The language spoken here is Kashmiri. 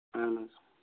اہن حظ